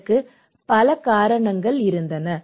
இதற்கு பல காரணங்கள் இருந்தன